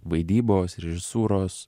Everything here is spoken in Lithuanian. vaidybos režisūros